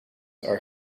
are